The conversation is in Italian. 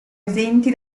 esenti